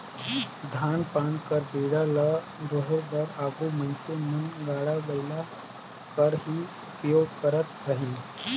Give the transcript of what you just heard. धान पान कर बीड़ा ल डोहे बर आघु मइनसे मन गाड़ा बइला कर ही उपियोग करत रहिन